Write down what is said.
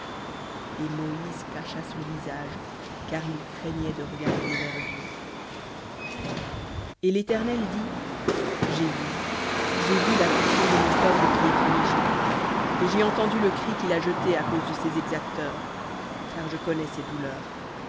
et moïse cacha son visage car il craignait de regarder vers dieu v et l'éternel dit j'ai vu j'ai vu l'affliction de mon peuple qui est en égypte et j'ai entendu le cri qu'il a jeté à cause de ses exacteurs car je connais ses douleurs